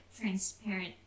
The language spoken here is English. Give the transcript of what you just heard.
transparent